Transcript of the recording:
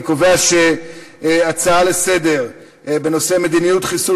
אני קובע שההצעות לסדר-היום בנושא מדיניות חיסול